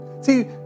See